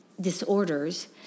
disorders